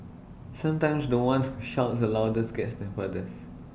sometimes The One who shouts the loudest gets the furthest